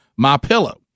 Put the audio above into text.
MyPillow